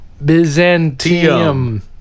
Byzantium